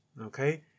okay